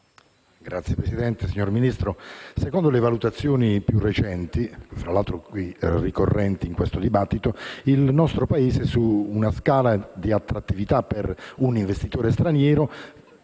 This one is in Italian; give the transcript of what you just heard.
LIUZZI *(CoR)*. Signor Ministro, secondo le valutazioni più recenti, peraltro ricorrenti in questo dibattito, il nostro Paese, su una scala di attrattività per un investitore straniero,